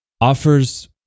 offers